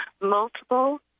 multiple